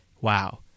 Wow